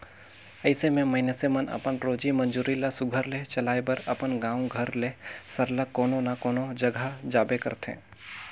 अइसे में मइनसे मन अपन रोजी मंजूरी ल सुग्घर ले चलाए बर अपन गाँव घर ले सरलग कोनो न कोनो जगहा जाबे करथे